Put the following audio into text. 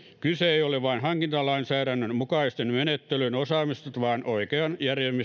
kyse ei ole vain hankintalainsäädännön mukaisten menettelyjen osaamisesta vaan oikean